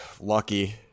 lucky